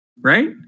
Right